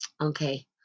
Okay